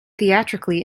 theatrically